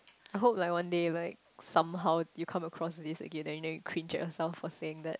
I hope like one day like somehow you come across this again and then you cringe yourself for saying that